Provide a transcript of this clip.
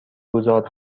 گذار